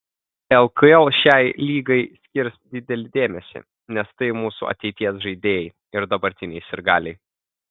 lkl šiai lygai skirs didelį dėmesį nes tai mūsų ateities žaidėjai ir dabartiniai sirgaliai